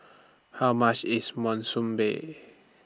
How much IS Monsunabe